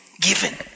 given